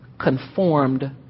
conformed